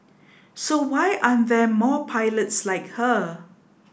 so why aren't there more pilots like her